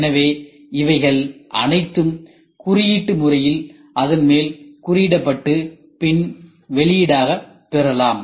எனவே இவைகள் அனைத்தும் குறியீட்டு முறையில் அதன்மேல் குறியிடப்பட்டு பின் வெளியீடாக பெறலாம்